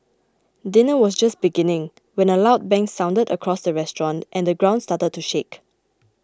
dinner was just beginning when a loud bang sounded across the restaurant and the ground started to shake